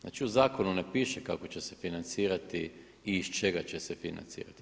Znači u zakonu ne piše kako će se financirati i iz čega će se financirati.